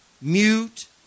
mute